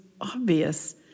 obvious